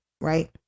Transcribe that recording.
right